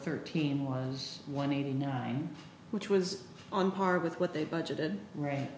thirteen was one eighty nine which was on par with what they budgeted right